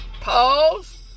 Pause